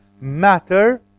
Matter